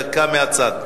דקה מהצד.